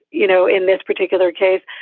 you know, in this particular case.